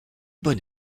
bon